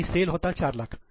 आणि सेल होता 4 लाख